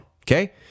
Okay